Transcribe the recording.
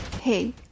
Hey